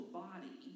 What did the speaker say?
body